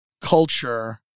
culture